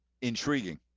intriguing